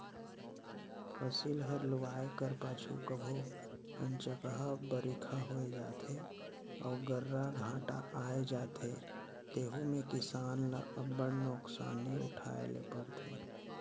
फसिल हर लुवाए कर पाछू कभों अनचकहा बरिखा होए जाथे अउ गर्रा घांटा आए जाथे तेहू में किसान ल अब्बड़ नोसकानी उठाए ले परथे